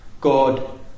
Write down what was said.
God